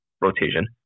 rotation